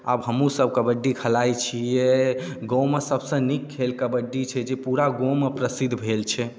आब हमहूँसभ कबड्डी खेलाइत छियै गाममे सभसँ नीक खेल कबड्डी छै जे पूरा गाममे प्रसिद्ध भेल छै